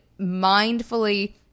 mindfully